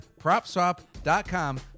PropSwap.com